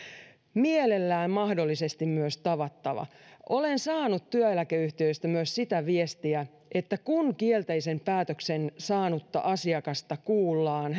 mielellään mahdollisesti myös tavattava olen saanut työeläkeyhtiöistä myös sitä viestiä että kun kielteisen päätöksen saanutta asiakasta kuullaan